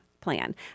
plan